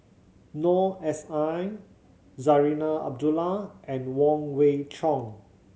Noor S I Zarinah Abdullah and Wong Wei Cheong